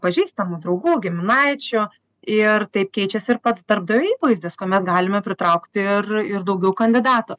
pažįstamų draugų giminaičių ir taip keičiasi ir pats darbdavio įvaizdis kuomet galime pritraukti ir ir daugiau kandidatų